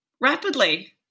rapidly